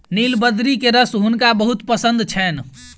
नीलबदरी के रस हुनका बहुत पसंद छैन